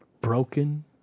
broken